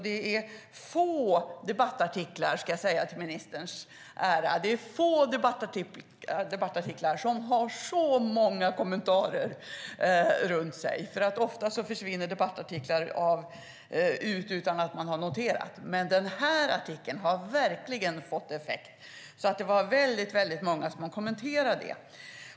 Det är få debattartiklar som har fått så många kommentarer, ska jag säga till ministerns ära. Ofta försvinner debattartiklar ut utan att man noterat dem, men den här artikeln har verkligen fått effekt. Det är väldigt många som har kommenterat den.